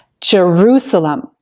Jerusalem